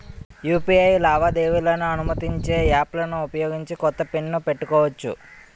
UPI లావాదేవీలను అనుమతించే యాప్లలను ఉపయోగించి కొత్త పిన్ ను పెట్టుకోవచ్చు